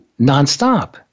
nonstop